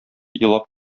елап